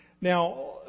Now